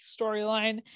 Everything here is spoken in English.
storyline